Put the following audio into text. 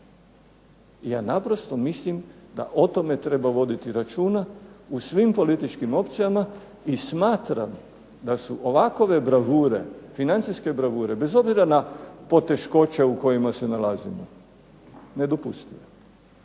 Ja naprosto mislim da o tome treba voditi računa u svim političkim opcijama. I smatram da su ovakove financijske bravure bez obzira na poteškoće u kojima se nalazimo nedopustive.